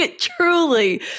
truly